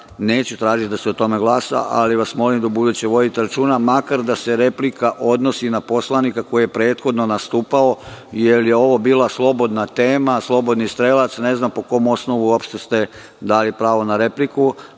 neću tražiti da se o tome glasa, ali vas molim da ubuduće vodite računa, makar da se replika odnosi na poslanika koji je prethodno nastupao, jer je ovo bila slobodna tema, slobodni strelac, ne znam po kom osnovu ste uopšte dali pravo na repliku.